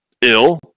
ill